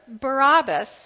Barabbas